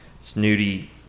snooty